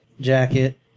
jacket